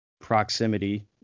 proximity